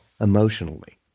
emotionally